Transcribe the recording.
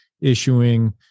issuing